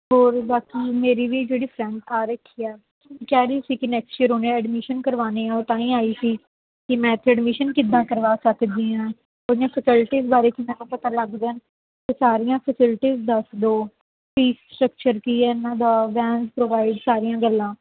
ਹੋਰ ਬਾਕੀ ਮੇਰੀ ਵੀ ਜਿਹੜੀ ਫਰੈਂਡ ਆ ਰੱਖੀ ਆ ਕਹਿ ਰਹੀ ਸੀ ਕਿ ਨੈਕਸਟ ਈਯਰ ਉਹਨੇ ਐਡਮਿਸ਼ਨ ਕਰਵਾਉਣੀ ਆ ਤਾਂ ਹੀ ਆਈ ਸੀ ਕਿ ਮੈਂ ਇੱਥੇ ਐਡਮਿਸ਼ਨ ਕਿੱਦਾਂ ਕਰਵਾ ਸਕਦੀ ਹਾਂ ਉਹ ਦੀਆਂ ਫੈਸਿਲਿਟੀਜ ਬਾਰੇ ਕਿਵੇਂ ਪਤਾ ਲੱਗਦਾ ਇਹ ਸਾਰੀਆਂ ਫੈਸਿਲਿਟੀਜ ਦੱਸ ਦਿਓ ਫੀਸ ਸਟਰਕਚਰ ਕੀ ਹੈ ਇਹਨਾਂ ਦਾ ਵੈਨ ਪ੍ਰੋਵਾਈਡ ਸਾਰੀਆਂ ਗੱਲਾਂ